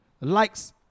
likes